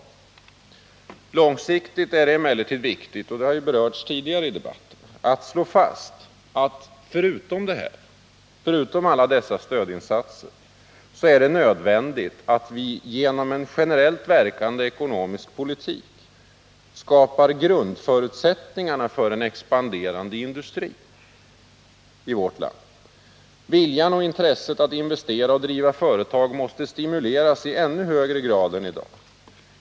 Långsiktigt är det viktigt att slå fast att det förutom alla dessa omfattande stödinsatser är nödvändigt att genom en generellt verkande ekonomisk politik skapa grundförutsättningar för en expanderande industri i vårt land. Viljan och intresset att investera och driva företag måste stimuleras i ännu högre grad än i dag.